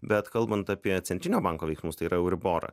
bet kalbant apie centrinio banko veiksmus tai yra euriborą